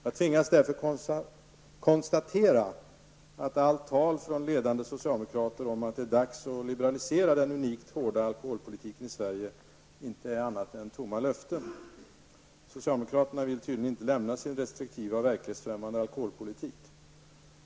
Jag tvingas därför konstatera att allt tal från ledande socialdemokrater om att det är dags att liberalisera den unikt hårda alkoholpolitiken i Sverige inte är annat än tomma löften. Socialdemokraterna vill tydligen inte lämna sin restriktiva verklighetsfrämmande alkoholpolitik.